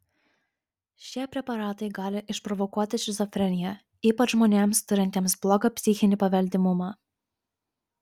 šie preparatai gali išprovokuoti šizofreniją ypač žmonėms turintiems blogą psichinį paveldimumą